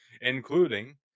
including